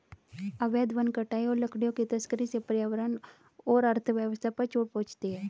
अवैध वन कटाई और लकड़ियों की तस्करी से पर्यावरण और अर्थव्यवस्था पर चोट पहुँचती है